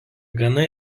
gana